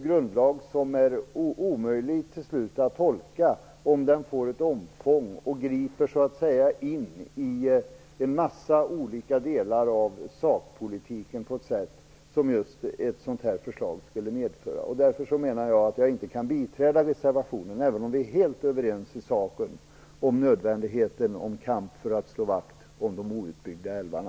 Grundlagen kommer till slut att bli omöjlig att tolka om den får ett omfång och griper in i en mängd olika delar av sakpolitiken på ett sådant sätt som ett sådant förslag skulle medföra. Därför menar jag att jag inte kan yrka bifall till reservationen, även om vi är helt överens om nödvändigheten av kampen om att slå vakt om de outbyggda älvarna.